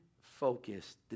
focused